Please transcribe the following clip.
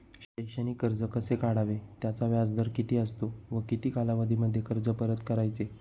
शैक्षणिक कर्ज कसे काढावे? त्याचा व्याजदर किती असतो व किती कालावधीमध्ये कर्ज परत करायचे?